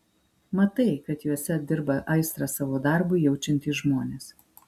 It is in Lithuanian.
matai kad juose dirba aistrą savo darbui jaučiantys žmonės